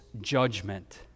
judgment